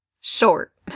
short